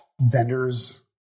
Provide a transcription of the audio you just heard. vendors